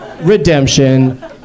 Redemption